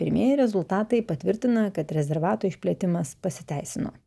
pirmieji rezultatai patvirtina kad rezervato išplėtimas pasiteisino